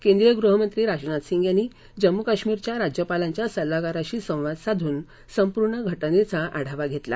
केंद्रीय गृहमंत्री राजनाथ सिंह यांनी जम्मू काश्मीरच्या राज्यपालांच्या सल्लागाराशी संवाद साधून संपूर्ण घटनेचा आढावा घेतला